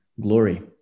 glory